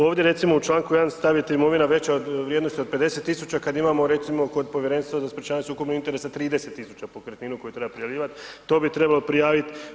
Ovde recimo u Članku 1. staviti imovina veća od vrijednosti od 50.000 kad imamo kod Povjerenstva za sprječavanje sukoba interesa 30.000 pokretninu koju treba prijavljivat, to bi trebalo prijavit.